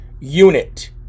unit